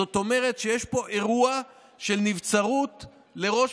זאת אומרת שיש פה אירוע של נבצרות לראש